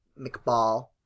McBall